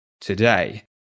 today